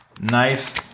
nice